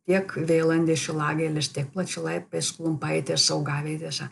tiek veilandė šilagėlės tiek plačialapės klumpaitės augavietėse